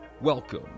Welcome